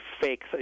fake